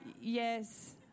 Yes